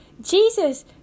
Jesus